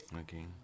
Okay